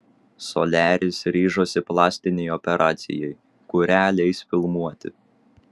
soliaris ryžosi plastinei operacijai kurią leis filmuoti